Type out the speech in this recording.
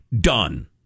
done